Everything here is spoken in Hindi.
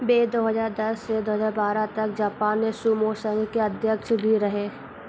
वे दो हज़ार दस से दो हज़ार बारह तक जापान सूमो संघ के अध्यक्ष भी रहे